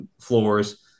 floors